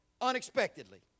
unexpectedly